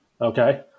Okay